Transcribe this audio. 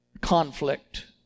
conflict